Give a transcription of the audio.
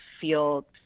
feel